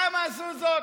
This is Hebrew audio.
למה עשו זאת?